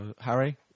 Harry